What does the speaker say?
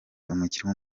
umukinnyi